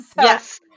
Yes